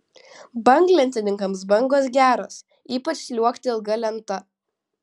banglentininkams bangos geros ypač sliuogti ilga lenta